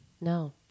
No